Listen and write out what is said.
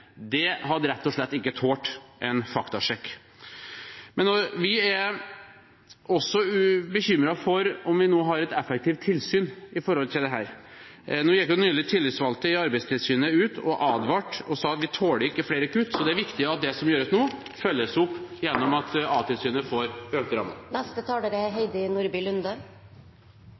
det hadde rett og slett ikke tålt en faktasjekk. Vi er også bekymret for om vi nå har et effektivt tilsyn med dette. Nå gikk nylig tillitsvalgte i Arbeidstilsynet ut og advarte og sa at de ikke tålte flere kutt. Det er viktig at det som gjøres nå, følges opp gjennom at Arbeidstilsynet får